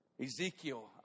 Ezekiel